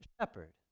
shepherd